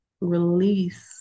release